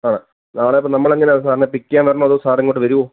ആ നാളെ അപ്പോൾ നമ്മൾ എങ്ങനെയാ സാറിനെ പിക്ക് ചെയ്യാൻ വരണോ അതോ സാറ് ഇങ്ങോട്ട് വരുമോ